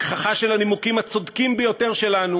הגחכה של הנימוקים הצודקים ביותר שלנו